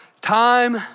time